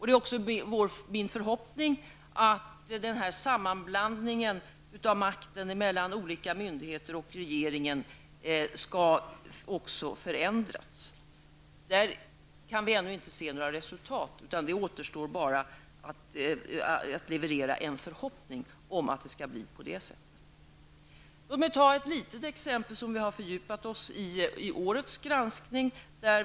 Det är också min förhoppning att den här sammanblandningen av makten mellan olika myndigheter och regeringen skall upphöra. Här kan vi ännu inte se några resultat. Det återstår bara att hoppas att det skall bli på det sättet. Låt mig ta ett litet exempel som vi har fördjupat oss i vid årets granskning.